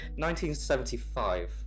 1975